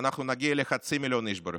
אנחנו נגיע לחצי מיליון איש ברחובות.